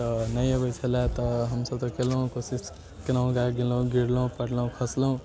तऽ नहि अबै छलै तऽ हमसभ तऽ केलहुँ कोशिश केलहुँ गिरलहुँ पड़लहुँ खसलहुँ